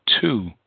two